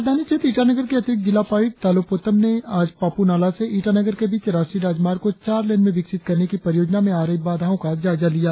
राजधानी क्षेत्र ईटानगर के अतिरिक्त जिला उपायुक्त तालो पोतम ने आज पापु नालाह से ईटानगर के बीच राष्ट्रीय राजमार्ग को चार लेन में विकसित करने की परियोजना में आ रही बाधाओ का जायजा लिया